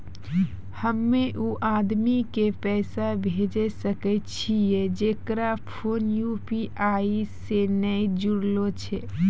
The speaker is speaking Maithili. हम्मय उ आदमी के पैसा भेजै सकय छियै जेकरो फोन यु.पी.आई से नैय जूरलो छै?